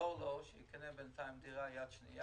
לעזור לאדם שיקנה בינתיים דירה יד שנייה.